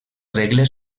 regles